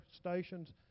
stations